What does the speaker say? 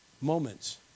moments